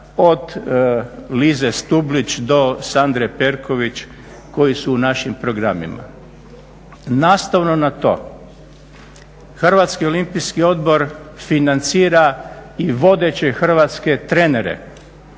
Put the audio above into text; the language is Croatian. od Lise Stublić do Sandre Perković koji su u našim programima. Nastavno na to, Hrvatski olimpijski odbor financira i vodeće hrvatske trenere.